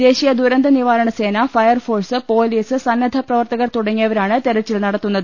ദേശീയ ദുരന്ത നിവാരണ സേന ഫയർഫോഴ്സ് പൊലീസ് സന്നദ്ധ പ്രവർത്തകർ തുടങ്ങിയവരാണ് തെരച്ചിൽ നടത്തുന്നത്